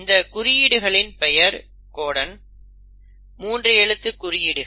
இந்த குறியீடுகளின் பெயர் கோடன் 3 எழுத்து குறியீடுகள்